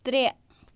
ترٛےٚ